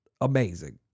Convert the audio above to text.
amazing